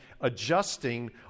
adjusting